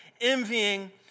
envying